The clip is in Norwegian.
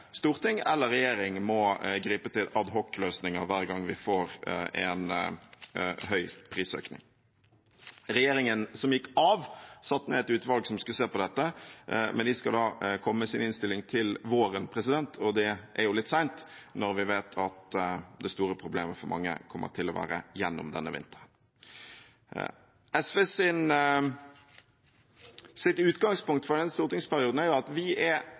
storting eller regjering må gripe til adhocløsninger hver gang vi får en stor prisøkning. Regjeringen som gikk av, satte ned et utvalg som skulle se på dette, men de skal komme med sin innstilling til våren, og det er jo litt sent når vi vet at det store problemet for mange kommer til å være gjennom denne vinteren. SVs utgangspunkt for denne stortingsperioden er at vi er